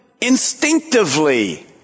instinctively